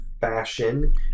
fashion